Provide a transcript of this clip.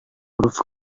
huruf